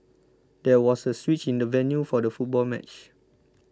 there was a switch in the venue for the football match